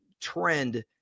trend